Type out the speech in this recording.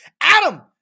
Adam